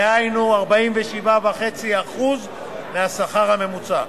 דהיינו 47.5% מהשכר הממוצע,